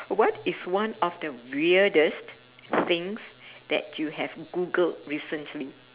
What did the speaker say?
what is one of the weirdest thing that you have googled recently